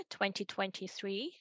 2023